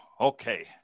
okay